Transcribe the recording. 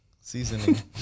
Seasoning